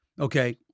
okay